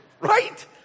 right